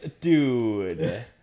dude